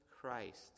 Christ